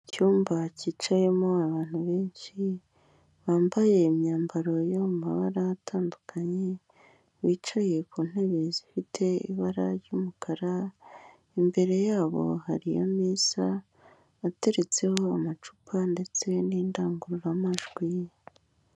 Icyumba cyicayemo abantu benshi, bambaye imyambaro yo mu mabara atandukanye, bicaye ku ntebe zifite ibara ry'umukara, imbere yabo hariyo ameza, ateretseho amacupa ndetse n'indangururamajwi.